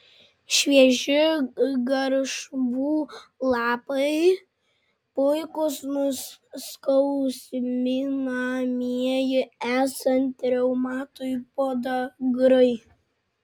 švieži garšvų lapai puikūs nuskausminamieji esant reumatui podagrai